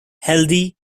healthy